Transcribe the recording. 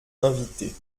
invités